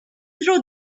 through